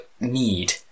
need